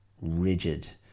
rigid